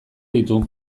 ditu